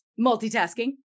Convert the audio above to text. multitasking